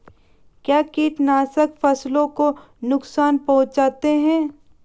क्या कीटनाशक फसलों को नुकसान पहुँचाते हैं?